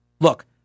Look